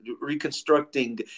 reconstructing